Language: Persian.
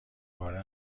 باره